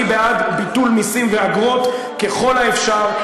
אני בעד ביטול מסים ואגרות ככל האפשר,